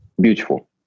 beautiful